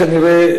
כנראה,